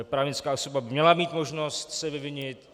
Právnická osoba by měla mít možnost se vyvinit.